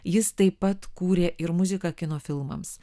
jis taip pat kūrė ir muziką kino filmams